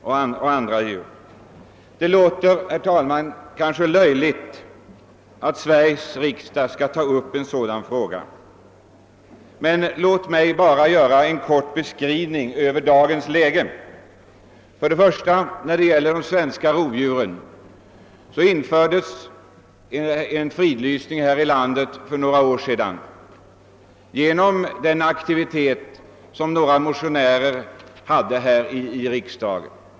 Det kanske låter löjligt att Sveriges riksdag skall befatta sig med en sådan fråga, men låt mig här göra en kort beskrivning av läget i dag. Vad de svenska rovdjuren angår fridlystes de för några år sedan tack vare bl.a. några motionärers aktivitet här i riksdagen.